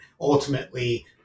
ultimately